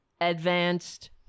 advanced